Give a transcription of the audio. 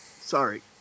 Sorry